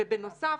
ובנוסף,